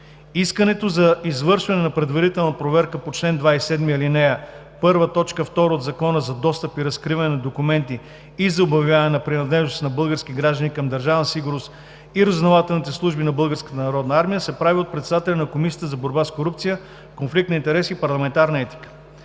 Искането за извършване на предварителна проверка по чл. 27, ал. 1, т. 2 от Закона за достъп и разкриване на документите и за обявяване на принадлежност на български граждани към Държавна сигурност и разузнавателните служби на Българската народна армия се прави от председателя на Комисията за борба с корупцията, конфликт на интереси и парламентарна етика.